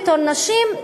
בתור נשים,